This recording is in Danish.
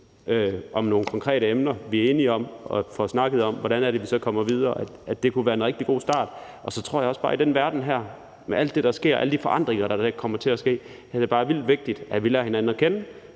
om nogle konkrete emner, som vi er enige om, og at vi får snakket om, hvordan det så er, vi kommer videre, kunne være en rigtig god start. Så tror jeg også bare, at det i den her verden med alt det, der sker, og alle de forandringer, der kommer til at ske, bare er vildt vigtigt, at vi lærer hinanden at kende,